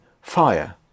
fire